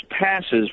passes